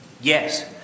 Yes